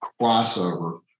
crossover